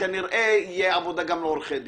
כנראה תהיה עבודה גם לעורכי דין.